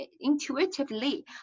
intuitively